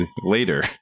later